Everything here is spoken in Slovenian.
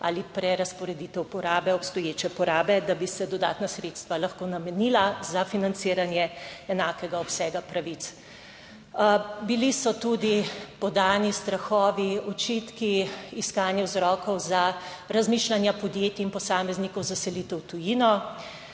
ali prerazporeditev porabe, obstoječe porabe, da bi se dodatna sredstva lahko namenila za financiranje enakega obsega pravic. Bili so tudi podani strahovi, očitki, iskanje vzrokov za razmišljanja podjetij in posameznikov za selitev v tujino.